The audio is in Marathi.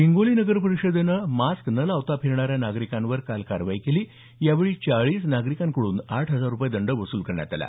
हिंगोली नगरपरिषदेनं मास्क न लावता फिरणाऱ्या नागरिकांवर काल कारवाई केली यावेळी चाळीस नागरिकांकडून आठ हजार रुपये दंड वसूल करण्यात आला